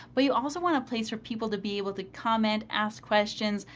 but you also want a place for people to be able to comment, ask questions,